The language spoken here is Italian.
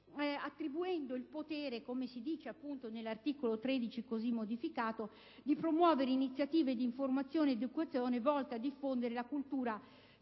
attribuendo il potere», come previsto nell'articolo 13, così come modificato, «di promuovere iniziative di informazione ed educazione volte a diffondere la cultura finanziaria